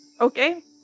Okay